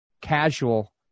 casual